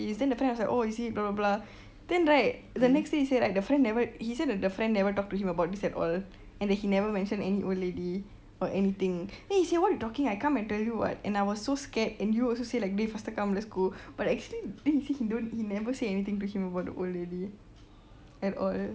this then the friend was like oh is it blah blah blah then right the next day he say like the friend never he say that the friend never talk to him about this at all and that he never mention any old lady or anything then he say what you talking I come and tell you what and I was so scared and you also say like dey faster come let's go but actually then he say he don't he never say anything to him about the old lady at all